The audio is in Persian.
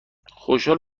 خوشحال